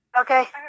Okay